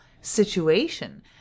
situation